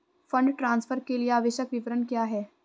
Fund transfer के लिए आवश्यक विवरण क्या हैं?